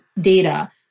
data